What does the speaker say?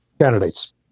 candidates